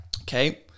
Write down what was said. Okay